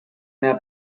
mehr